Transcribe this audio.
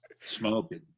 Smoking